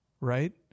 right